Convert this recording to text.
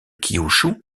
kyūshū